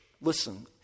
listen